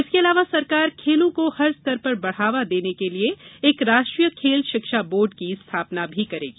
इसके अलावा सरकार खेलों को हर स्तर पर बढ़ावा देने के लिये एक राष्ट्रीय खेल शिक्षा बोर्ड की स्थापना करेगी